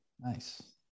nice